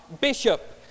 bishop